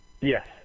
Yes